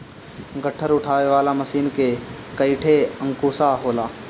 गट्ठर उठावे वाला मशीन में कईठे अंकुशा होला